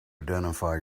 identify